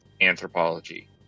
Anthropology